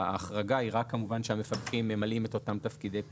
ההחרגה היא רק כמובן שהמפקחים ממלאים את אותם תפקידי פיקוח,